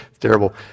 terrible